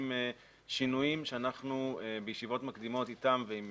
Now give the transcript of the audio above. עם שינויים שאנחנו בישיבות מקדימות אתם ועם